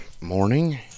morning